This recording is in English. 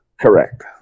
Correct